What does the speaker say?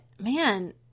man